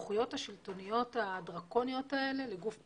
הסמכויות השלטוניות הדרקוניות האלה לגוף פרטי,